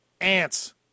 ants